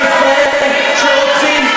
זכויות שוות,